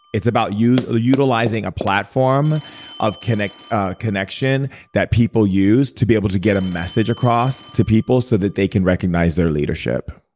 it's about utilizing a platform of connection connection that people use to be able to get a message across to people so that they can recognize their leadership